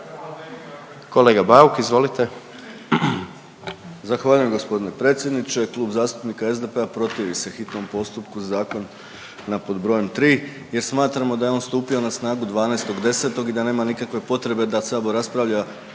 kolega Borić izvolite.